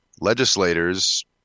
legislators